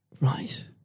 Right